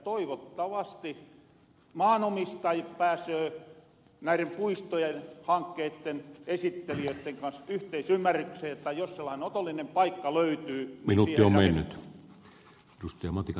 toivottavasti maanomistaja pääsöö näiren puistojen hankkeitten esittelijöitten kans yhteisymmärrykseen että jos sellanen otollinen paikka löytyy niin siihen rakennetaan